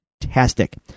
fantastic